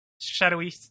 Shadowy